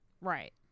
right